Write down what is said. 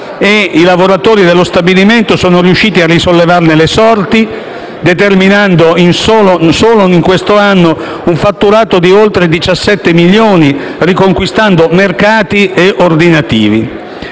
i lavoratori dello stabilimento sono riusciti a risollevarne le sorti, determinando, solo quest'anno, un fatturato di oltre 17 milioni, riconquistando mercati e ordinativi.